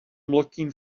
looking